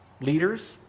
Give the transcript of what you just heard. Leaders